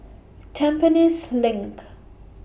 Tampines LINK